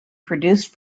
produced